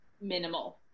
minimal